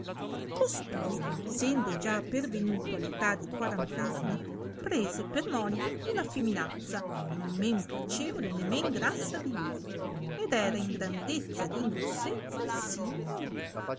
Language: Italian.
costui sendo già pervenuto all'età di quarant anni prese per moglie una feminazza non men piacevole né men grassa di lui ed era in grandezza ed in grossezza simile a lui